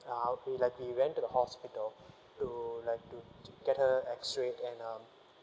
I'll be like we went to the hospital to like to get her X ray and um